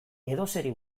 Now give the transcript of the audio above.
edozeri